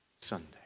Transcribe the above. Sunday